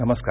नमस्कार